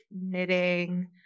knitting